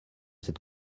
cette